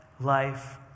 life